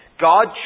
God